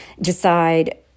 decide